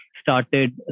started